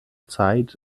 zeit